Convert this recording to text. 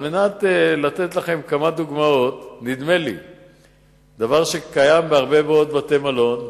אני רוצה לתת כמה דוגמאות: 1. יש דבר שקיים בהרבה מאוד בתי-מלון,